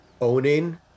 owning